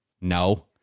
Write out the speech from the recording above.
No